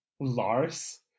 Lars